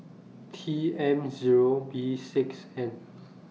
T M Zero B six N